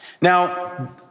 Now